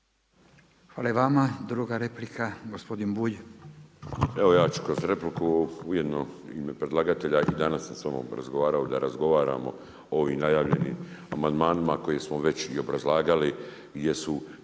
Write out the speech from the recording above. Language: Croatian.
Hvala i vama. Druga replika gospodin Bulj.